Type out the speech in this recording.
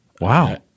Wow